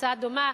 הצעה דומה,